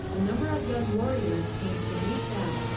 a number of young warriors came to meet them,